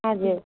हजुर